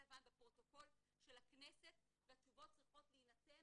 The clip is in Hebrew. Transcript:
לבן בפרוטוקול של הכנסת והתשובות צריכות להינתן.